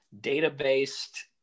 data-based